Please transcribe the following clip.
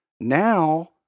Now